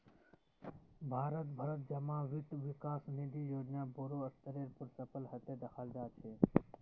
भारत भरत जमा वित्त विकास निधि योजना बोडो स्तरेर पर सफल हते दखाल जा छे